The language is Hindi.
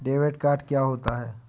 डेबिट कार्ड क्या होता है?